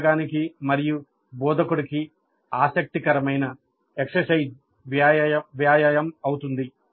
పనులను అవుతుంది